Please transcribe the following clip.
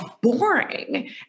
boring